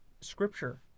scripture